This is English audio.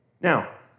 Now